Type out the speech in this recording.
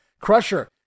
Crusher